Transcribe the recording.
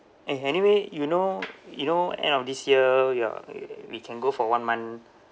eh anyway you know you know end of this year you're y~ we can go for one month